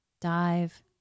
dive